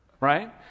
Right